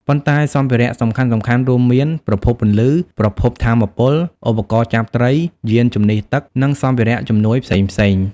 ប៉ុន្តែសម្ភារៈសំខាន់ៗរួមមាន ប្រភពពន្លឺ ប្រភពថាមពល ឧបករណ៍ចាប់ត្រី យានជំនិះទឹក និងសម្ភារៈជំនួយផ្សេងៗ។